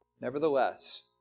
Nevertheless